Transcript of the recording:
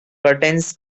curtains